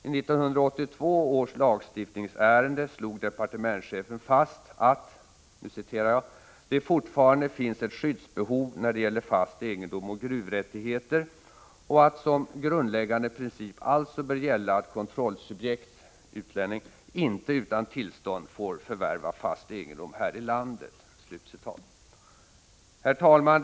I 1982 års lagstiftningsärenden slog departementschefen fast att ”det fortfarande finns ett skyddsbehov när det gäller fast egendom och gruvrättigheter” och att ”som grundläggande princip alltså bör gälla att kontrollsubjekt inte utan tillstånd får förvärva fast egendom här i landet”. Herr talman!